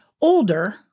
older